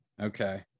Okay